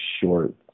short